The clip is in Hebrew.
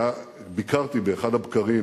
ביקרתי באחד הבקרים,